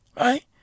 Right